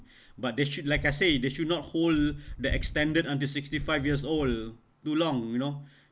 but they should like I say they should not hold the extended until sixty five years old too long you know